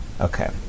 Okay